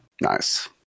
Nice